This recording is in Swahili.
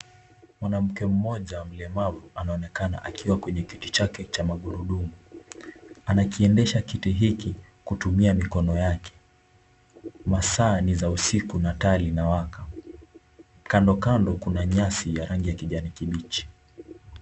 Mwanamke mmoja mlemavu anaonekana akiwa kwenye kiti chake cha magurudumu. Anakiendesha kiti hiki kutumia mikono yake. Masaa ni za usiku na taa linawaka. Kando kando kuna nyasi ya rangi kijani kibichi.